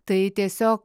tai tiesiog